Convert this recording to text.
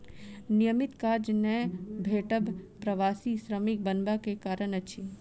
नियमित काज नै भेटब प्रवासी श्रमिक बनबा के कारण अछि